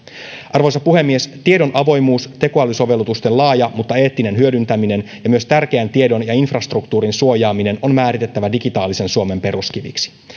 arvoisa puhemies tiedon avoimuus tekoälysovellutusten laaja mutta eettinen hyödyntäminen ja myös tärkeän tiedon ja infrastruktuurin suojaaminen on määritettävä digitaalisen suomen peruskiviksi